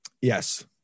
Yes